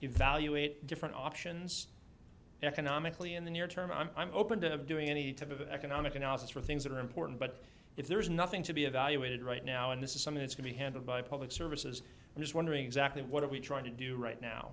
evaluate different options economically in the near term i'm open to doing any type of economic analysis for things that are important but if there is nothing to be evaluated right now and this is something that can be handled by public services i'm just wondering exactly what are we trying to do right now